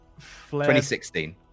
2016